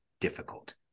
difficult